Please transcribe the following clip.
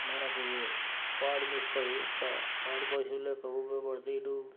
మనకు పాడినిస్తాయి పాడి పాడి పశువులకు